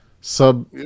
sub